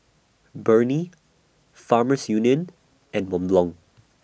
Burnie Farmers Union and Mont Blond